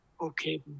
okay